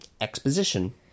Exposition